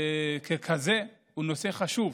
וככזה, הוא נושא חשוב,